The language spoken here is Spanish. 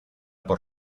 por